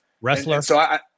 Wrestler